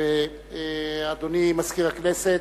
אדוני מזכיר הכנסת,